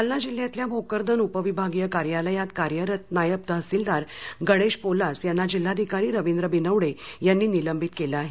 जालना जिल्ह्यातल्या भोकरदन उपविभागीय कार्यालयात कार्यरत नायब तहसीलदार गणेश पोलास यांना जिल्हाधिकारी रवींद्र बिनवडे यांनी निलंबित केलं आहे